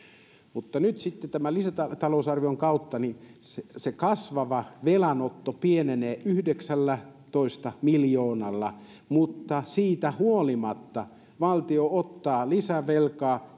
nyt sitten tämän lisätalousarvion kautta se se kasvava velanotto pienenee yhdeksällätoista miljoonalla mutta siitä huolimatta valtio ottaa lisävelkaa